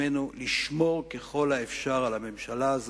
עצמנו לשמור ככל האפשר על הממשלה הזאת,